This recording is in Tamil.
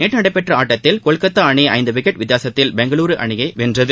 நேற்று நடைபெற்ற ஆட்டத்தில் கொல்கத்தா அணி ஐந்து விக்கெட் வித்தியாசத்தில் பெங்களுரு அணியை வென்றது